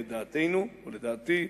לדעתנו, לדעתי,